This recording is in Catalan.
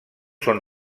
són